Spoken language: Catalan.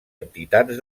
entitats